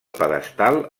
pedestal